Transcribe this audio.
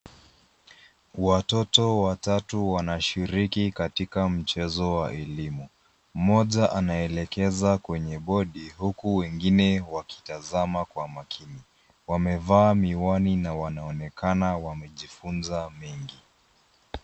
Watoto watatu wanashiriki katika mchezo wa elimu. Mmoja anaelekeza kwenye bodi huku wengine wakitazama kwa makini. Wamevaa miwani na wanaonekana wamejifunza mengi.